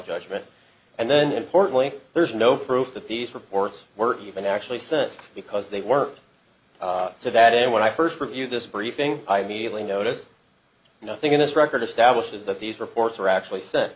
judgment and then importantly there's no proof that these reports were even actually sent because they were to that end when i first review this briefing i immediately noticed nothing in this record establishes that these reports were actually sent